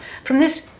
from this,